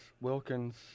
Wilkins